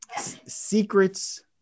secrets